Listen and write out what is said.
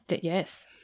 Yes